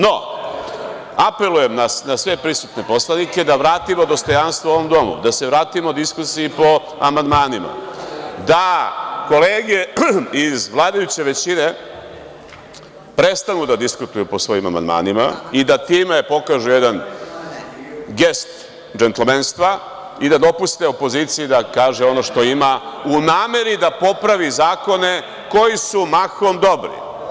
No, apelujem na sve prisutne poslanike da vratimo dostojanstvo ovom domu, da se vratimo diskusiji po amandmanima, da kolege iz vladajuće većine prestanu da diskutuju po svojim amandmanima i da time pokažu jedan gest džentlemenstva i da dopuste opoziciji da kaže ono što ima, u nameri da popravi zakone koji su mahom dobri.